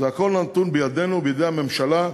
הכול נתון בידינו, בידי הממשלה,